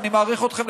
אני מעריך אתכם,